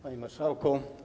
Panie Marszałku!